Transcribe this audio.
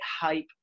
hype